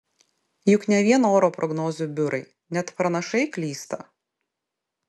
juk ne vien oro prognozių biurai net pranašai klysta